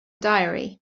diary